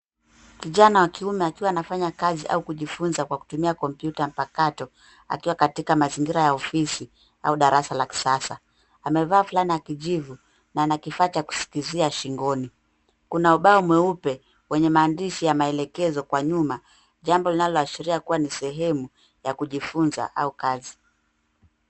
Kijana wa kiume akiwa anafanya kazi au kujifunza kwa kutumia kompyuta mpakato akiwa katika mazingira ya ofisi au darasa la kisasa. Amevaa fulana ya kijivu na ana kifaa cha kusikilizia shingoni. Kuna ubao mweupe, wenye maandishi ya maelekezo kwa nyuma, jambo linaashiria kuwa ni sehemu ya kujifunza au kazi.